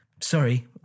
Sorry